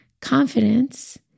confidence